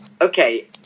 okay